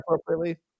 appropriately